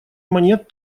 монет